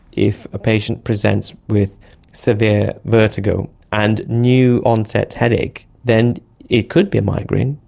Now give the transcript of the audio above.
if a patient presents with severe vertigo and new onset headache, then it could be a migraine,